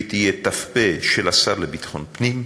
שהיא תהיה ת"פ של השר לביטחון פנים,